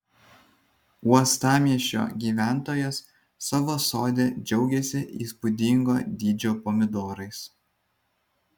uostamiesčio gyventojas savo sode džiaugiasi įspūdingo dydžio pomidorais